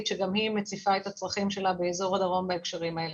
שגם היא מציפה את הצרכים שלה באזור הדרום בהקשרים האלה.